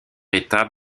étape